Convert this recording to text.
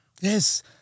Yes